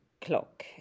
clock